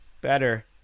better